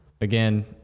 again